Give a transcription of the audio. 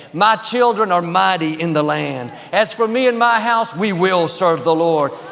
my children are mighty in the land. as for me and my house, we will serve the lord.